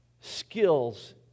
skills